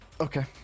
Okay